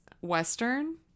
Western